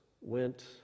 went